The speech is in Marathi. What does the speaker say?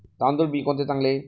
तांदूळ बी कोणते चांगले?